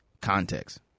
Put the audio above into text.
context